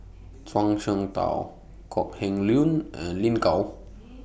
Zhuang Shengtao Kok Heng Leun and Lin Gao